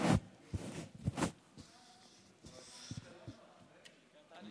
דוגמאות